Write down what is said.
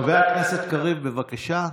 חבר הכנסת קריב, בבקשה.